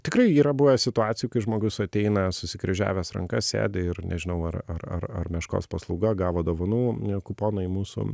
tikrai yra buvę situacijų kai žmogus ateina susikryžiavęs rankas sėdi ir nežinau ar ar ar ar meškos paslauga gavo dovanų kuponą į mūsų